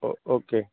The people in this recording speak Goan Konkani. ओ ओके